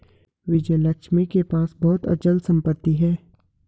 विजयलक्ष्मी के पास बहुत अचल संपत्ति है